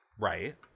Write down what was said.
Right